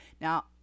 Now